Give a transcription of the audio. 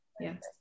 Yes